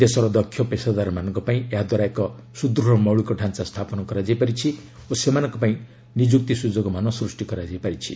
ଦେଶର ଦକ୍ଷ ପେଷାଦାରମାନଙ୍କ ପାଇଁ ଏହାଦ୍ୱାରା ଏକ ସୁଦୃଢ଼ ମୌଳିକ ଢାଞ୍ଚା ସ୍ଥାପନ କରାଯାଇ ପାରିଛି ଓ ସେମାନଙ୍କ ପାଇଁ ନିଯୁକ୍ତି ସୁଯୋଗମାନ ସୃଷ୍ଟି କରାଯାଇ ପାରିଛି